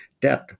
debt